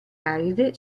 aride